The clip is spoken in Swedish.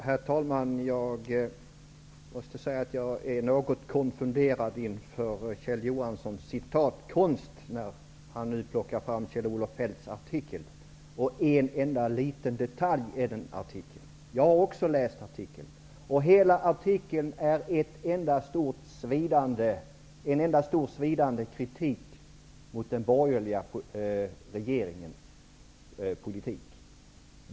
Herr talman! Jag måste säga att jag är något konfunderad inför Kjell Johanssons citatkonst, när han nu plockar fram Kjell-Olof Feldts artikel och en enda liten detalj i den artikeln. Jag har också läst artikeln. Hela artikeln är en enda stor svidande kritik mot den borgerliga regeringens politik.